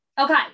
Okay